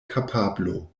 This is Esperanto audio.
kapablo